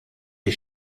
die